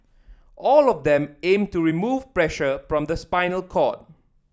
all of them aim to remove pressure from the spinal cord